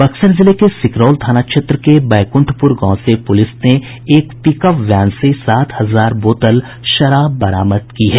बक्सर जिले के सिकरौल थाना क्षेत्र के बैकुंठपुर गांव से पुलिस ने एक पिकअप वैन से सात हजार बोतल शराब बरामद की है